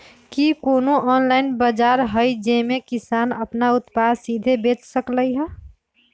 कि कोनो ऑनलाइन बाजार हइ जे में किसान अपन उत्पादन सीधे बेच सकलई ह?